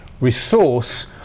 resource